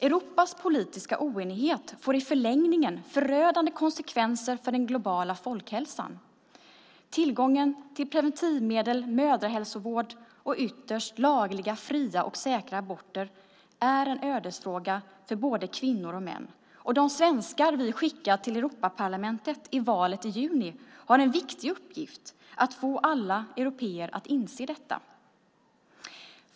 Europas politiska oenighet får i förlängningen förödande konsekvenser för den globala folkhälsan. Tillgången till preventivmedel, mödrahälsovård och ytterst lagliga, fria och säkra aborter är ödesfrågor för både kvinnor och män. De svenskar som vi skickar till Europaparlamentet i valet i juni har en viktig uppgift att få alla européer att inse detta.